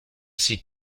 sie